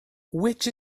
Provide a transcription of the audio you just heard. which